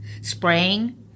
spraying